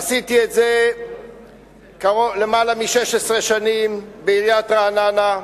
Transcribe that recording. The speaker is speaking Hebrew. עשיתי את זה למעלה מ-16 שנים בעיריית רעננה,